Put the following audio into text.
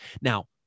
Now